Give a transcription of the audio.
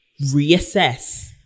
reassess